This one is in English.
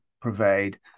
provide